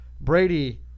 Brady